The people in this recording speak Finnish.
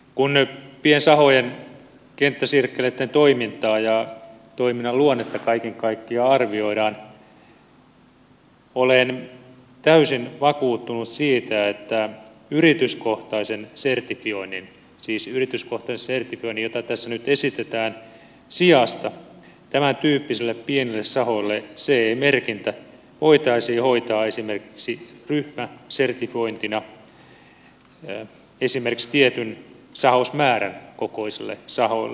kun piensahojen kenttäsirkkeleitten toimintaa ja toiminnan luonnetta kaiken kaikkiaan arvioidaan olen täysin vakuuttunut siitä että yrityskohtaisen sertifioinnin siis yrityskohtaisen sertifioinnin jota tässä nyt esitetään sijasta tämäntyyppisille pienille sahoille ce merkintä voitaisiin hoitaa esimerkiksi ryhmäsertifiointina esimerkiksi tietyn sahausmäärän kokoisille sahoille